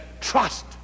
trust